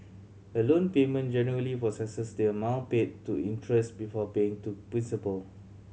a loan payment generally processes the amount paid to interest before paying to principal